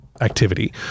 activity